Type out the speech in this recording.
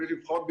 בלי לבחון,